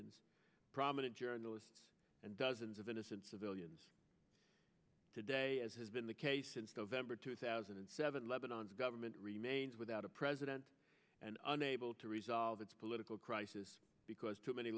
parliamentarians prominent journalists and dozens of innocent civilians today as has been the case since the vendor two thousand and seven lebanon's government remains without a president and unable to resolve its political crisis because too many